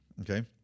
okay